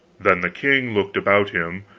then the king looked about him,